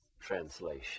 translation